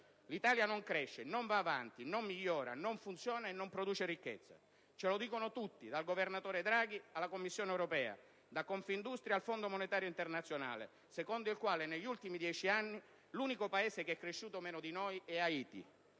l'Italia non cresce, non va avanti, non migliora, non funziona, non produce ricchezza. Ce lo dicono tutti, dal governatore della Banca d'Italia Draghi alla Commissione europea, da Confindustria al Fondo monetario internazionale, secondo il quale negli ultimi dieci anni l'unico Paese che è cresciuto meno di noi è Haiti.